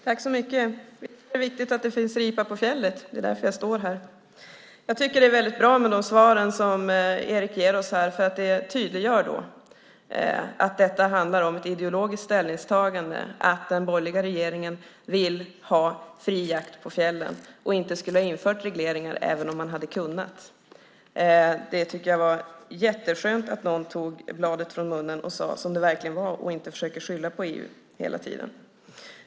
Herr talman! Det är viktigt att det finns ripa på fjället. Det är därför jag står här. Jag tycker att det är bra med de svar som Erik ger oss. Det tydliggör att detta är ett ideologiskt ställningstagande. Den borgerliga regeringen vill ha fri jakt på fjällen, och skulle inte ha infört regleringar även om man hade kunnat. Jag tycker att det är skönt att någon tog bladet från munnen och sade som det är och inte hela tiden försöker skylla på EU.